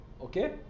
Okay